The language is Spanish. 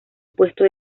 puesto